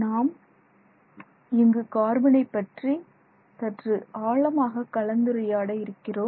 நாம் இங்கு கார்பனை பற்றி சற்று ஆழமாக கலந்துரையாட இருக்கிறோம்